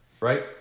Right